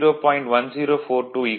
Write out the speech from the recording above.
1042 0